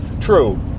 true